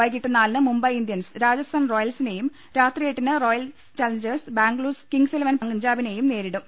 വൈകിട്ട് നാലിന് മുംബൈ ഇന്ത്യൻസ് രാജസ്ഥാൻ റോയൽസിനെയും രാത്രി എട്ടിന് Royal Challengers Bangalore Kings Eleven പഞ്ചാബിനെയും നേരിടും